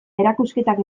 erakusketak